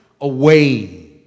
away